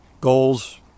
goals